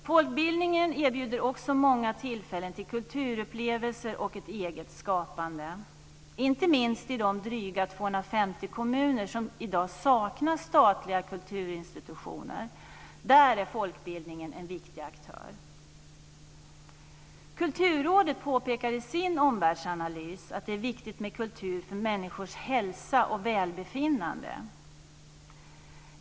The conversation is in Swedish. Folkbildningen erbjuder också många tillfällen till kulturupplevelser och ett eget skapande, inte minst i de dryga 250 kommuner som i dag saknar statliga kulturinstitutioner. Där är folkbildningen en viktig aktör. Kulturrådet påpekar i sin omvärldsanalys att det är viktigt med kultur för människors hälsa och välbefinnande.